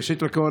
ראשית לכול,